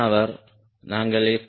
மாணவர் நாங்கள் எஃப்